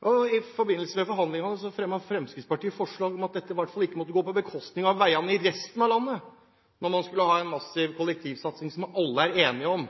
tiltak. I forbindelse med forhandlingene fremmet Fremskrittspartiet forslag om at dette i hvert fall ikke måtte gå på bekostning av veiene i resten av landet, når man skulle ha en massiv kollektivsatsing som alle er enige om.